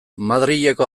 madrileko